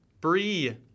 Brie